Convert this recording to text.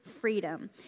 freedom